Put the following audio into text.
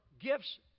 gifts